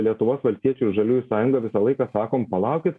lietuvos valstiečių ir žaliųjų sąjunga visą laiką sakom palaukit